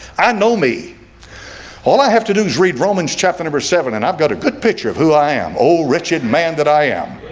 i know me all i have to do is read romans chapter number seven and i've got a good picture of who i am oh wretched man that i am